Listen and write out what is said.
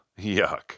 yuck